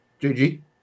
GG